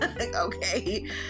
Okay